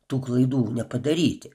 tų klaidų nepadaryti